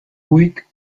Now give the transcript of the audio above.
ruhig